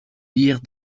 lire